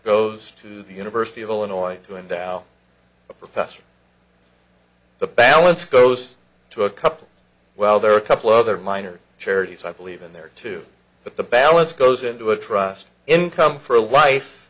goes to the university of illinois to endow a professor the balance goes to a couple well there are a couple other minor charities i believe in there too but the balance goes into a trust income for